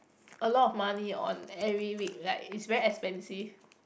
a lot of money on every week like it's very expensive